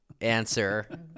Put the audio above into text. Answer